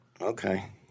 Okay